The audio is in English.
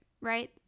right